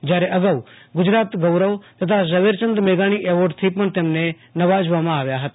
જયારે અગાઉ ગુજરાત ગૌરવ તથા ઝવેરચંદ મેઘાણી એવોર્ડથી પણ તેમને નવાજમાં આવ્યા હતા